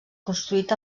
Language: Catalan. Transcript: construït